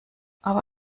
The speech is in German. aber